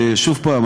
שוב פעם,